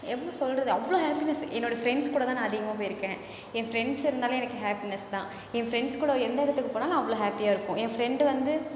எப்படி சொல்கிறது அவ்வளோ ஹாப்பினஸ் என்னோடய ஃப்ரெண்ட்ஸ் கூடத்தான் நான் அதிகமாக போயிருக்கேன் என் ஃப்ரெண்ட்ஸ் இருந்தாலே எனக்கு ஹாப்பினஸ் தான் என் ஃப்ரெண்ட்ஸ் கூட எந்த இடத்துக்கு போனாலும் அவ்வளோ ஹாப்பியாக இருப்போம் என் ஃப்ரெண்ட்டு வந்து